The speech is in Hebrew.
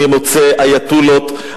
אני מוצא אייטולות,